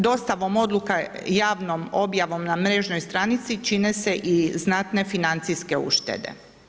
Dostavom odluka javnom objavom na mrežnoj stranici čine se i znatne financijske uštede.